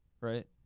right